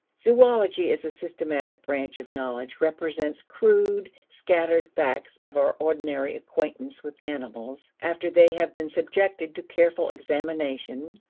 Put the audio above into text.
zoology as a systematic branch of knowledge represents crude, scattered facts of our ordinary acquaintance with animals after they have been subjected to careful examination,